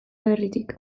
aberritik